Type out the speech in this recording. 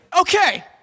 Okay